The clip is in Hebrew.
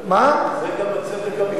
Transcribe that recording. זה גם הצדק המוחלט, אגב.